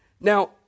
Now